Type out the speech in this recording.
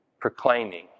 proclaiming